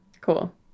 Cool